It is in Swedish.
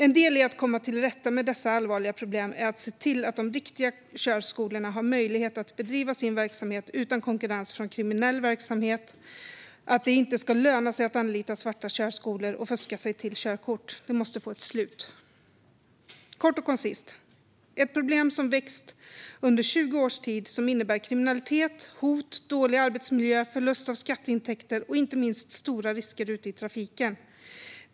En del i att komma till rätta med dessa allvarliga problem är att se till att de riktiga körskolorna har möjlighet att bedriva sin verksamhet utan konkurrens från kriminell verksamhet. Det ska inte löna sig att anlita svarta körskolor och fuska sig till körkort. Detta måste få ett slut. Kort och koncist är det ett problem som vuxit under 20 års tid och som innebär kriminalitet, hot, dålig arbetsmiljö, förlust av skatteintäkter och inte minst stora risker ute i trafiken.